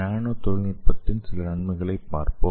நானோ தொழில்நுட்பத்தின் சில நன்மைகளைப் பார்ப்போம்